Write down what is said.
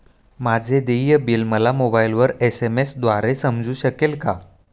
माझे देय बिल मला मोबाइलवर एस.एम.एस द्वारे समजू शकेल का?